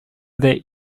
that